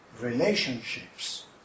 relationships